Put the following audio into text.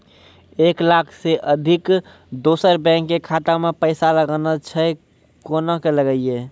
एक लाख से अधिक दोसर बैंक के खाता मे पैसा लगाना छै कोना के लगाए?